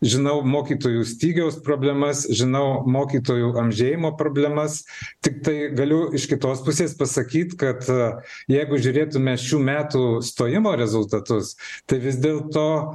žinau mokytojų stygiaus problemas žinau mokytojų amžėjimo problemas tiktai galiu iš kitos pusės pasakyt kad jeigu žiūrėtume šių metų stojimo rezultatus tai vis dėlto